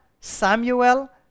Samuel